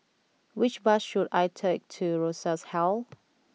which bus should I take to Rosas Hall